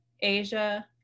Asia